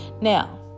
Now